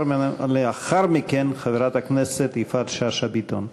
לאחר מכן, חברת הכנסת יפעת שאשא ביטון.